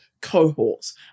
cohorts